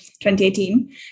2018